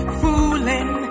fooling